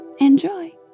Enjoy